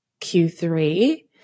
Q3